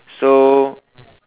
so